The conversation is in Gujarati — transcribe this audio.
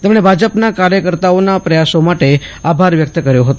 તેમજ્ઞે ભાજપના કાર્યકર્તાઓનાં પ્રયાસો માટે આભાર વ્યક્ત કર્યો હતો